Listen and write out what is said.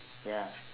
ya